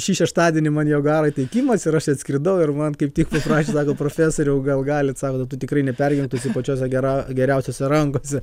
šį šeštadienį man jaguaro įteikimas ir aš atskridau ir man kaip tik paprašė sako profesoriau gal galit sako tu tikrai nepergyvenk tu esi pačiose gera geriausiose rankose